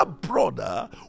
brother